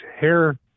hair